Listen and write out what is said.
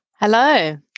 Hello